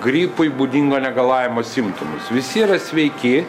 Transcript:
gripui būdingo negalavimo simptomus visi yra sveiki